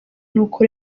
nuko